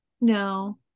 No